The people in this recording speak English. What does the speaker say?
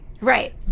Right